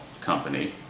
company